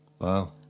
Wow